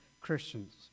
Christians